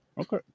Okay